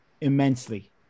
immensely